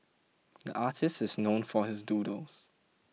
the artist is known for his doodles